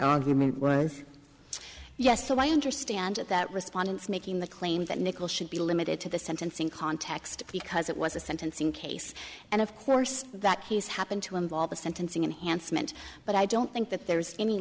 argument was yes so i understand that respondents making the claim that nickel should be limited to the sentencing context because it was a sentencing case and of course that has happened to involve a sentencing enhanced meant but i don't think that there's any